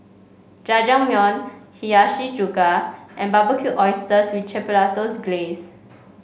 Jajangmyeon Hiyashi Chuka and Barbecued Oysters with Chipotles Glaze